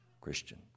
Christian